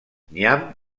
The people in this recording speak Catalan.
nyam